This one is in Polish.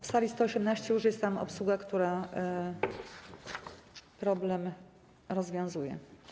W sali 118 jest już obsługa, która problem rozwiązuje.